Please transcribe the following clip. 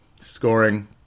scoring